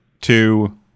two